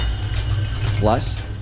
Plus